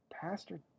pastor